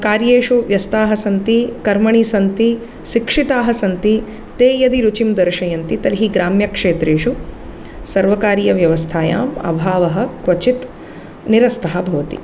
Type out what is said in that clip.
कार्येषु व्यस्ताः सन्ति कर्मणि सन्ति शिक्षिताः सन्ति ते यदि रुचिं दर्शयन्ति तर्हि ग्राम्यक्षेत्रेषु सर्वकारीयव्यवस्थायाम् अभावः क्वचित् निरस्तः भवति